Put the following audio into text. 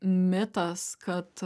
mitas kad